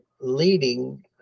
leading